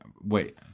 Wait